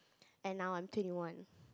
and now I'm twenty one